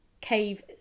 cave